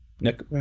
Nick